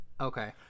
okay